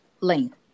length